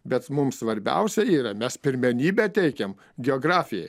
bet mums svarbiausia yra mes pirmenybę teikiam geografijai